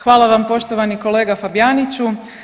Hvala vam poštovani kolega Fabijaniću.